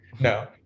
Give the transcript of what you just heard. No